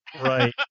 Right